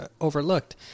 overlooked